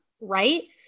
right